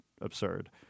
absurd